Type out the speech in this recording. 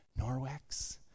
Norwex